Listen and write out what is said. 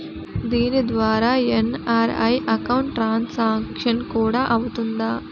దీని ద్వారా NRI account transaction కూడా అవుతుందా?